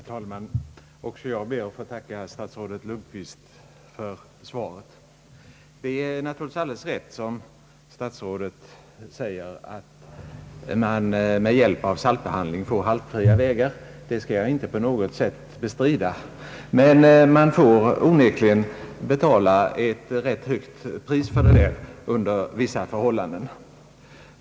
Herr talman! Också jag ber att få tacka statsrådet Lundkvist för svaret. Det är naturligtvis alldeles riktigt som statsrådet säger, att man med saltbehandling får halkfria vägar. Det skall jag inte på något sätt bestrida. Men man får onekligen betala ett rätt högt pris för det under vissa förhållanden.